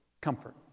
comfort